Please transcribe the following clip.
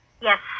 Yes